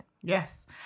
Yes